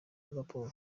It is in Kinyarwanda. liverpool